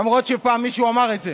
למרות שפעם מישהו אמר את זה.